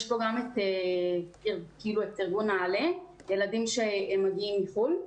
יש גם את ארגון נעל"ה, ילדים שהם מגיעים מחו"ל.